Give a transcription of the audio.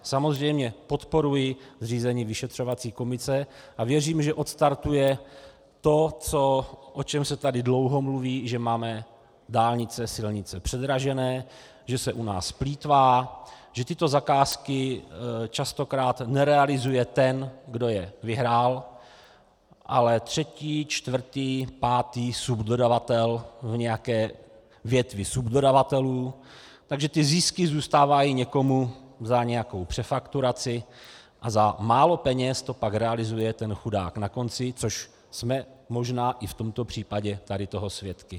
Samozřejmě podporuji zřízení vyšetřovací komise a věřím, že odstartuje to, o čem se tady dlouho mluví, že máme dálnice, silnice předražené, že se u nás plýtvá, že tyto zakázky častokrát nerealizuje ten, kdo je vyhrál, ale třetí, čtvrtý, pátý subdodavatel v nějaké větvi subdodavatelů, takže zisky zůstávají někomu za nějakou přefakturaci a za málo peněz to pak realizuje ten chudák na konci, což jsme možná i v tomto případě tady toho svědky.